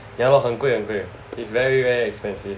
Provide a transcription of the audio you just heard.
ya lor 很贵很贵 is very very expensive